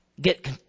get